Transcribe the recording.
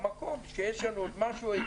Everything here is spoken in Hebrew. במקום שיש לנו עוד משהו איכותי?